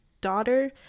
daughter